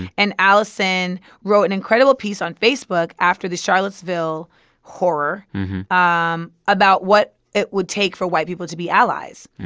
and alison wrote an incredible piece on facebook after the charlottesville horror ah um about what it would take for white people to be allies,